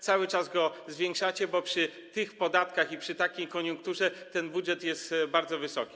Cały czas go zwiększacie, bo przy tych podatkach, przy takiej koniunkturze ten budżet jest bardzo wysoki.